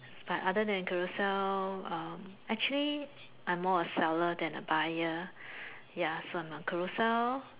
but other than Carousell um actually I'm more a seller than a buyer ya so on Carousell